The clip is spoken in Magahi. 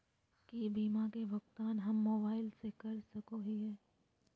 की बीमा के भुगतान हम मोबाइल से कर सको हियै?